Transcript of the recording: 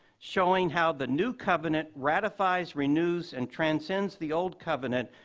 showing how the new covenant ratifies, renews, and transcends the old covenant,